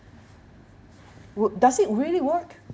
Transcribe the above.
would does it really work